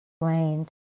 explained